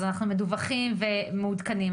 אנחנו מדווחים ומעודכנים,